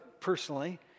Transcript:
personally